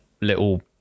little